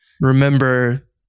Remember